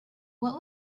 what